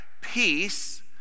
peace